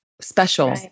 special